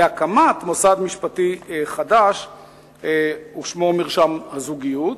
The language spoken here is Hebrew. והקמת מוסד משפטי חדש ששמו 'מרשם הזוגיות'.